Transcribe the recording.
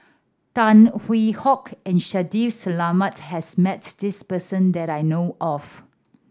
Tan Hwee Hock and Shaffiq Selamat has met this person that I know of